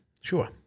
sure